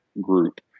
group